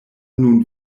nun